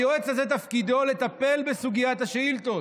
היועץ הזה, תפקידו לטפל בסוגיית השאילתות: